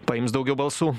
paims daugiau balsų